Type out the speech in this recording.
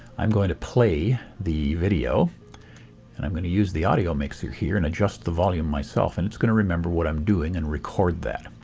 i'm going to play the video and i'm going to use the audio mixer here and adjust the volume myself and it's going to remember what i'm doing and record that.